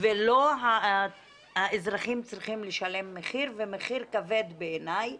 ולא האזרחים צריכים לשלם מחיר, ומחיר כבד בעיניי